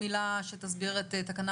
תסביר את תקנה